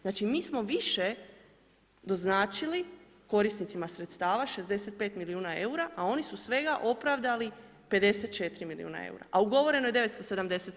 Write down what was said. Znači mi smo više doznačili korisnicima sredstava, 65 milijuna eura a oni su svega opravdali 54 milijuna eura a ugovoreno je 977.